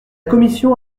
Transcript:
commission